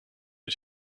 der